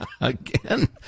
Again